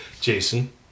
Jason